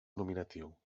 nominatiu